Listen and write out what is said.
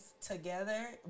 together